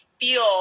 feel